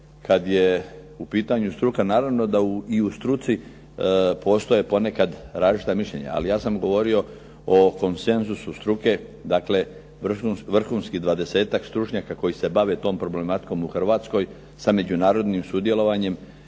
kad je u pitanju struka, naravno da i u struci postoje ponekad različita mišljenja, ali ja sam govorio o konsenzusu struke, dakle vrhunskih 20-tak stručnjaka koji se bave tom problematikom u Hrvatskoj sa međunarodnim sudjelovanjem